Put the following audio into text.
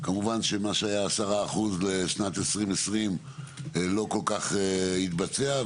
כמובן שמה שהיה 10% לשנת 2020 לא כל כך התבצע,